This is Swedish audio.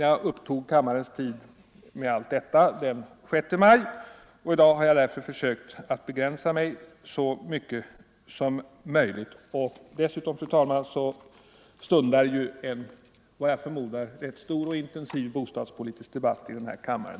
Jag upptog kammarens tid med allt detta den 6 maj. I dag har jag alltså försökt begränsa mig så mycket som möjligt. Dessutom, fru talman, stundar ju om fjorton dagar en efter vad jag förmodar rätt stor och intensiv bostadspolitisk debatt här i kammaren.